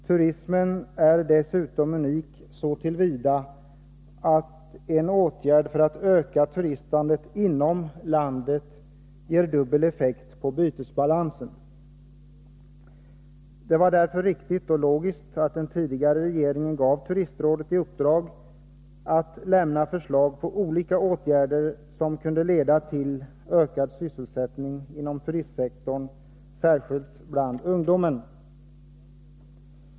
Turismen är dessutom unik så till vida att en åtgärd för att öka turistandet inom landet ger dubbel effekt på bytesbalansen. Det var därför riktigt och logiskt att den tidigare regeringen gav turistrådet i uppdrag att lämna förslag till olika åtgärder som kunde leda till ökad sysselsättning inom turistsektorn, särskilt bland ungdomen.